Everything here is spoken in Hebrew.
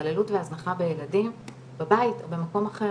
התעללות והזנחה בילדים בבית או במקום אחר.